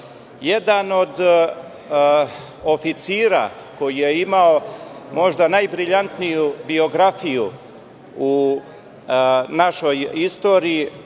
od oficira, koji je imao možda najbriljantniju biografiju u našoj istoriji,